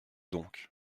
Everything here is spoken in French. donc